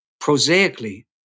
prosaically